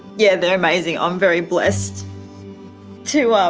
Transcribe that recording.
yeah, they're amazing, i'm very blessed to